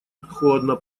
холодно